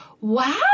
Wow